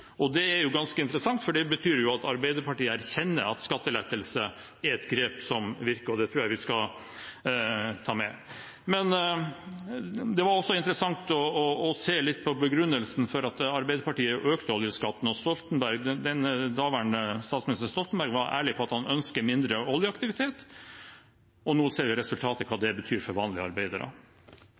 for det betyr jo at Arbeiderpartiet erkjenner at skattelettelse er et grep som virker, og det tror jeg vi skal ta med. Men det er også interessant å se litt på begrunnelsen for at Arbeiderpartiet økte oljeskatten. Daværende statsminister, Stoltenberg, var ærlig på at han ønsket mindre oljeaktivitet, og nå ser vi resultatet, hva det betyr for vanlige arbeidere.